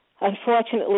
unfortunately